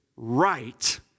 Right